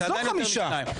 זה עדיין יותר משתיים.